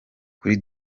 kuri